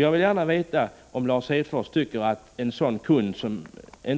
Jag vill gärna veta om Lars Hedfors tycker att man